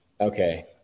okay